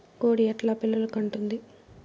కోడి ఎట్లా పిల్లలు కంటుంది?